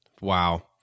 Wow